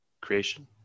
creation